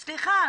סליחה,